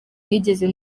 nigeze